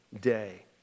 day